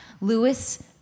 Lewis